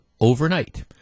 overnight